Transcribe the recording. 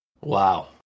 wow